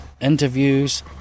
interviews